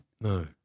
No